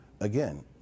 again